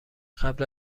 قبل